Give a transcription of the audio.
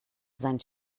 sein